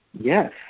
yes